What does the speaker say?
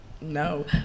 No